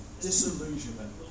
disillusionment